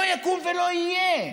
לא יקום ולא יהיה.